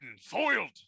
foiled